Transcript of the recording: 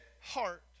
heart